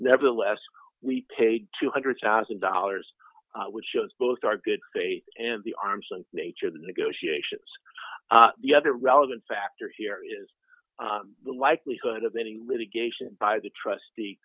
nevertheless we paid two hundred thousand dollars which shows both our good faith and the arms and nature of the negotiations the other relevant factor here is the likelihood of getting litigation by the trust